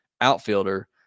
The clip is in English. outfielder